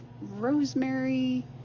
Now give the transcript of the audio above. rosemary